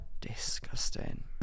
Disgusting